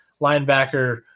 linebacker